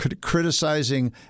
criticizing